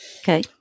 Okay